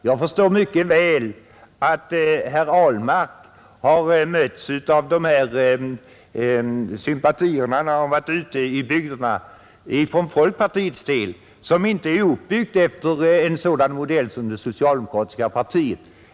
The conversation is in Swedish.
Jag förstår mycket väl att herr Ahlmark har mötts av de här sympatierna när han har varit ute i bygderna för folkpartiets räkning, eftersom detta parti inte är uppbyggt efter en sådan modell som det socialdemokratiska partiet.